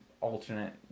alternate